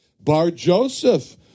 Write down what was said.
Bar-Joseph